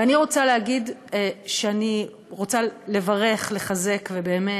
ואני רוצה להגיד שאני רוצה לברך, לחזק, ובאמת,